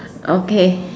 okay